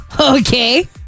Okay